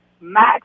Max